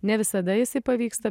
ne visada jisai pavyksta